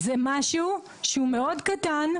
זה משהו שהוא מאוד קטן,